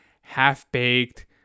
half-baked